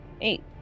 eight